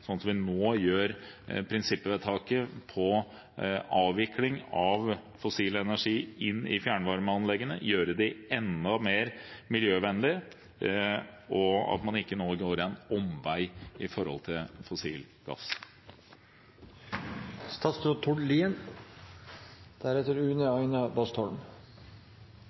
sånn at vi nå gjør prinsippvedtaket om avvikling av fossil energi i fjernvarmeanleggene for å gjøre dem enda mer miljøvennlige, og ikke nå går en omvei i forhold til fossil gass. La meg først begynne med å berømme representanten Bastholm,